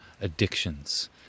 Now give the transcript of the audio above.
addictions